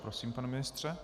Prosím, pane ministře.